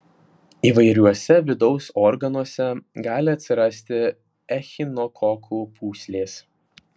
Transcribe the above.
įvairiuose vidaus organuose gali atsirasti echinokokų pūslės